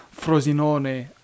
Frosinone